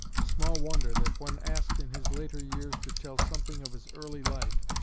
small wonder that when asked in his later years to tell something of his early life,